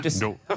No